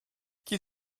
qu’il